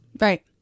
Right